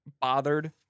bothered